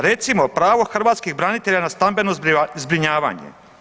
Recimo pravo hrvatskog branitelja na stambeno zbrinjavanje.